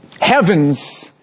Heavens